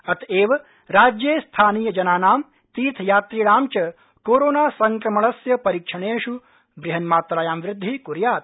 अतएव राज्ये स्थानीय जनानां तीर्थयात्रीणां च कोरोना संक्रमणस्य परीक्षणेष् बृहन्मात्रायामं वृद्धि क्र्यात्